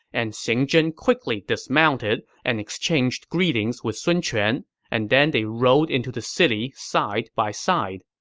and xing zhen quickly dismounted and exchanged greetings with sun quan and then they rode into the city side by side.